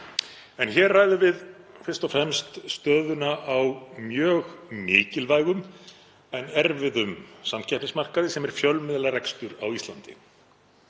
En hér ræðum við fyrst og fremst stöðuna á mjög mikilvægum og erfiðum samkeppnismarkaði sem er fjölmiðlarekstur á Íslandi.